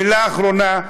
מילה אחרונה.